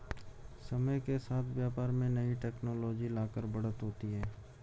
समय के साथ व्यापार में नई टेक्नोलॉजी लाकर बढ़त होती है